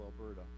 Alberta